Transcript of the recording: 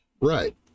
Right